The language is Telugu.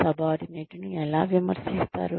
సబార్డినేట్ను ఎలా విమర్శిస్తారు